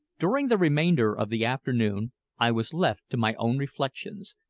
during the remainder of the afternoon i was left to my own reflections,